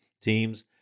teams